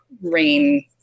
rain